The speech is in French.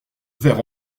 verre